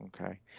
Okay